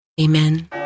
Amen